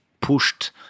pushed